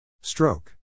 Stroke